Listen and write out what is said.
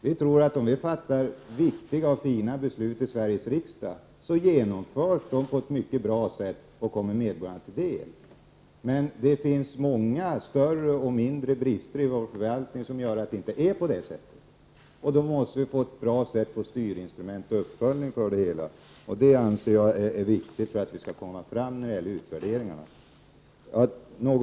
Vi tror att om det fattas bra och viktiga beslut i Sveriges riksdag, så genomförs de på ett mycket bra sätt och kommer medborgarna till del. Men det finns många stora och små brister inom förvaltningen som bidrar till att det inte förhåller sig på det sättet. Då måste vi få bra styrinstrument och en uppföljning av det hela, vilket jag anser vara en viktig förutsättning för att man skall kunna komma framåt när det gäller dessa utvärderingar.